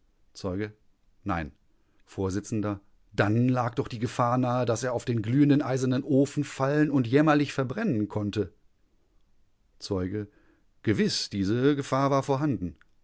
zeuge nein vors dann lag doch die gefahr nahe daß er auf den glühenden eisernen ofen fallen und jämmerlich verbrennen konnte zeuge gewiß diese gefahr war vorhanden